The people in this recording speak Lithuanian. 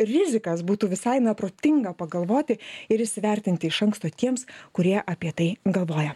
rizikas būtų visai na protinga pagalvoti ir įsivertinti iš anksto tiems kurie apie tai galvoja